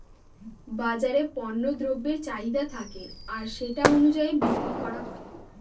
বাজারে পণ্য দ্রব্যের চাহিদা থাকে আর সেটা অনুযায়ী বিক্রি করা হয়